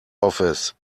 office